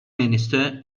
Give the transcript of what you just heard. minster